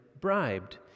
bribed